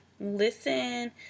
listen